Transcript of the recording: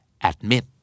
Admit